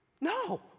No